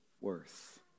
worth